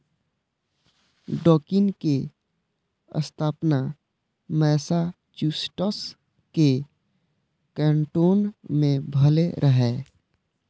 Dunkin के स्थापना Massachusetts के कैन्टोन मे भेल रहै